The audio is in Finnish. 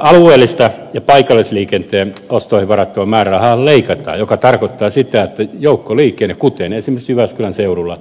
alueellista ja paikallisliikenteen ostoihin varattua määrärahaa leikataan mikä tarkoittaa sitä että joukkoliikenne esimerkiksi jyväskylän seudulla